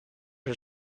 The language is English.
her